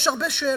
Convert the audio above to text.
יש הרבה שאלות.